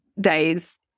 days